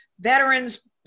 veterans